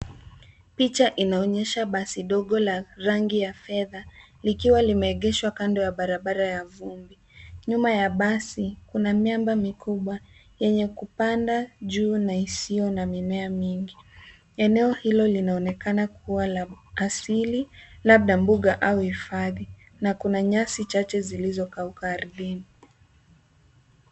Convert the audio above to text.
Picha inaonyesha basi dogo la rangi ya fedha likiwa limeegeshwa kando ya barabara ya vumbi. Nyuma ya basi kuna miamba mikubwa yenye kupanda juu na isiyo na mimea mingi. Eneo hilo linaonekana kuwa la asili labda mbuga au hifadhi na kuna nyasi chache zilizokauka ardhini.